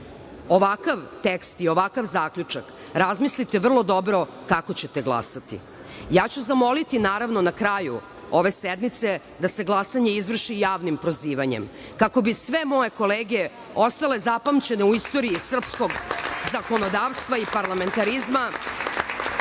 ovakav tekst i ovakav zaključak, razmislite vrlo dobro kako ćete glasati. Ja ću zamoliti, naravno na kraju ove sednice, da se glasanje izvrši javnim prozivanjem, kako bi sve moje kolege ostale zapamćene u istoriji srpskog zakonodavstva i parlamentarizma